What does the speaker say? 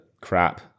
crap